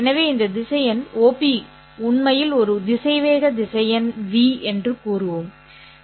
எனவே இந்த திசையன் OP உண்மையில் ஒரு திசைவேக திசையன் V என்று கூறுவோம்